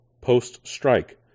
Post-strike